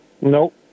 Nope